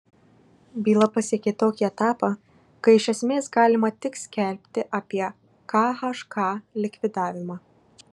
byla pasiekė tokį etapą kai iš esmės galima tik skelbti apie khk likvidavimą